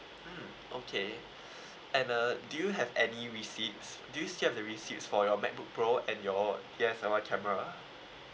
mm okay and uh do you have any receipts do you still have the receipt for your macbook pro and your D_S_L_R camera